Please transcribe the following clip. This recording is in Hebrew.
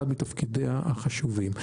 זה אחד מתפקידיה החשובים.